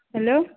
hello